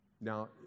now